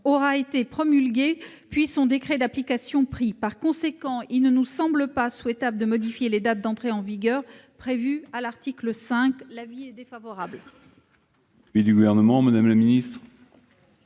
aura été promulguée et son décret d'application pris. Par conséquent, il ne nous semble pas souhaitable de modifier les dates d'entrée en vigueur prévues à l'article 5. L'avis de